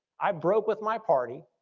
i broke with my party,